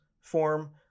form